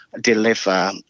deliver